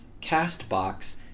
CastBox